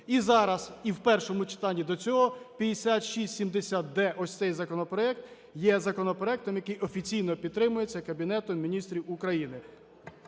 І зараз, і в першому читанні до цього 5670-д, ось цей законопроект, є законопроектом, який офіційно підтримується Кабінетом Міністрів України.